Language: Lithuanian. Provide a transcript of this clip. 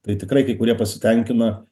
tai tikrai kai kurie pasitenkina